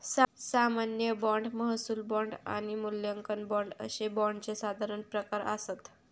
सामान्य बाँड, महसूल बाँड आणि मूल्यांकन बाँड अशे बाँडचे साधारण प्रकार आसत